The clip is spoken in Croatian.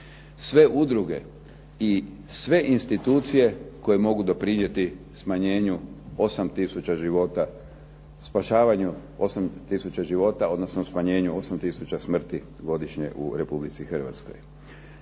Sve udruge i sve institucije koje mogu doprinijeti spašavanju 8 tisuća života, odnosno smanjenju 8 tisuća smrti godišnje u Republici Hrvatskoj.